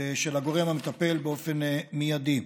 תגיע לפתחו של הגורם המטפל באופן מיידי.